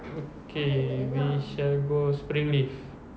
okay we shall go spring leaf